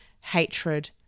hatred